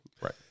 Right